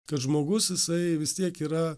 kad žmogus jisai vis tiek yra